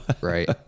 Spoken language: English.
Right